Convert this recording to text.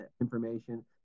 information